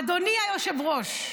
"אדוני היושב-ראש,